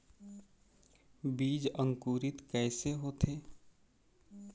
बीज अंकुरित कैसे होथे?